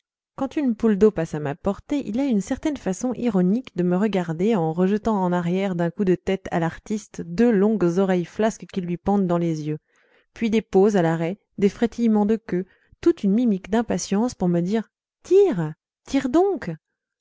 quand une poule d'eau passe à ma portée il a une certaine façon ironique de me regarder en rejetant en arrière d'un coup de tête à l'artiste deux longues oreilles flasques qui lui pendent dans les yeux puis des poses à l'arrêt des frétillements de queue toute une mimique d'impatience pour me dire tire tire donc